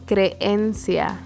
Creencia